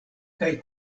kaj